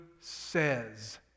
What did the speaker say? says